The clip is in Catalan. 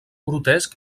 grotesc